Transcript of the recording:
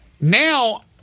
now